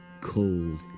cold